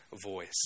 voice